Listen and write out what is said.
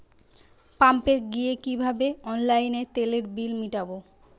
পাম্পে গিয়ে কিভাবে অনলাইনে তেলের বিল মিটাব?